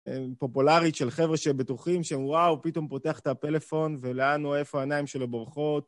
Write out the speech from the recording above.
פופולרית של חבר'ה שבטוחים, שהם וואו, פתאום פותח את הפלאפון ולאן הוא, איפה העיניים שלו בורחות.